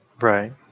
Right